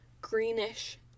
greenish